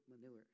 manure